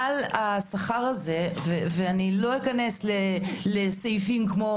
מעל השכר הזה ואני לא אכנס לסעיפים כמו